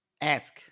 ask